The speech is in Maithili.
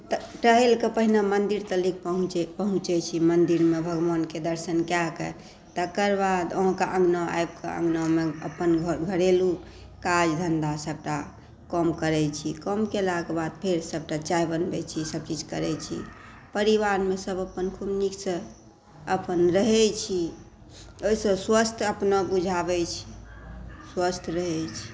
तऽ टहलि कऽ पहिले मन्दिर पहुँचै छी मन्दिरमे भगवानकेँ दर्शन कए कऽ तकर बाद अहाँकेॅं अङ्गना आबि कऽ तऽ अङ्गनामे अपन घरेलु काज धन्धा सभटा काम करै छी काम कयलाकेँ बाद सभटा चाय बनबै छी सभ किछु करै छी परिवारमे सभ अपन खुब नीकसँ अपन रहै छी ओहिसँ स्वस्थ्य अपन बुझाबै छी स्वस्थ्य रहै छी